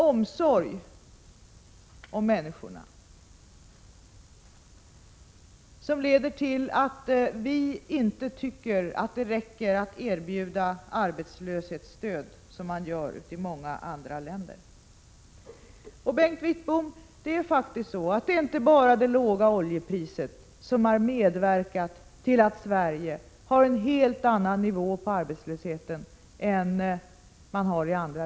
Omsorg om människorna innebär att det inte räcker att erbjuda arbetslöshetsstöd, som man gör i många andra länder. 36 Det är inte, Bengt Wittbom, bara det låga oljepriset som har medverkat till att Sverige har en helt annan nivå på arbetslösheten än andra länder. Det är Prot.